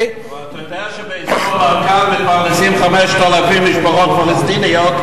אבל אתה יודע שבאזור ברקן מפרנסים 5,000 משפחות פלסטיניות,